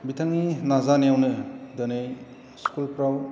बिथांनि नाजानायावनो दोनै स्कुलफ्राव